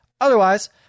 otherwise